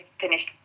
finished